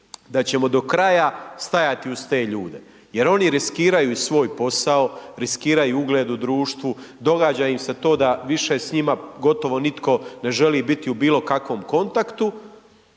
da ćemo do kraja stajati uz te ljude. Jer oni riskiraju svoj posao, riskiraju ugled u društvu, događa im se to da više s njima, gotovo nitko ne želi biti u bilo kakvom kontaktu